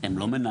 הם לא מנהלים,